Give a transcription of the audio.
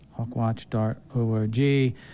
hawkwatch.org